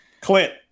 Clint